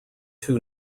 two